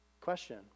Question